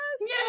Yes